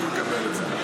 אני מקבל את זה.